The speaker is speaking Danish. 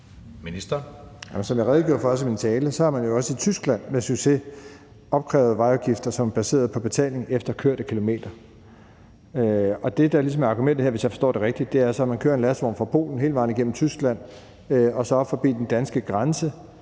Som jeg også redegjorde for i min tale, har man jo i Tyskland med succes opkrævet vejafgifter, som er baseret på betaling efter kørte kilometer. Det, der ligesom er argumentet her, hvis jeg forstår det rigtigt, er, at man kører en lastvogn fra Polen hele vejen igennem Tyskland og så op forbi den danske grænse